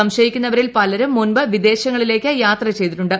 സംശയിക്കുന്നവരിൽ പലരും മുമ്പ് വിദേശങ്ങളിലേക്ക് യാത്ര് ചെയ്തിട്ടുണ്ട്